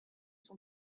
son